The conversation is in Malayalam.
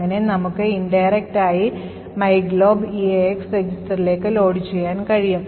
അങ്ങിനെ നമുക്ക് indirect ആയി myglob EAX രജിസ്റ്ററിലേക്ക് ലോഡ് ചെയ്യാൻ കഴിയും